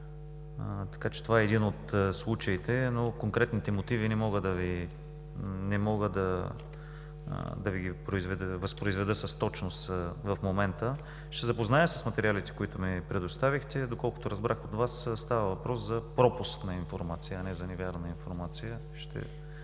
Така че това е един от случаите, но конкретните мотиви не мога да Ви ги възпроизведа с точност в момента. Ще се запозная с материалите, които ми предоставихте. Доколкото разбрах от Вас, става въпрос за пропуск на информация, а не за невярна информация.